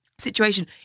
situation